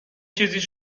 چیزیش